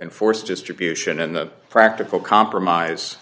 in force distribution and the practical compromise